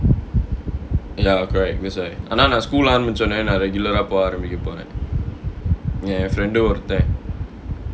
ya correct thats why ஆனா நா:aanaa naa school ஆரம்பிச்சோன நா:aarambichona naa regular ah போ ஆரம்பிக்க போறேன் என்:poi aarambikka poraen en friend ஒருத்தன்:oruthan